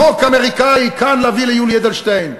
חוק אמריקני כאן להביא ליולי אדלשטיין.